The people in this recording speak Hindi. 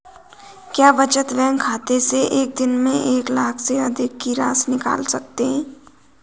क्या बचत बैंक खाते से एक दिन में एक लाख से अधिक की राशि निकाल सकते हैं?